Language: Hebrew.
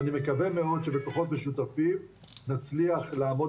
ואני מקווה מאוד שבכוחות משותפים נצליח לעמוד